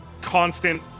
constant